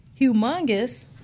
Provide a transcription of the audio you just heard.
humongous